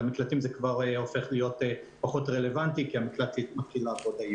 למקלטים זה הופך להיות פחות רלוונטי כי המקלט מתחיל לעבוד היום.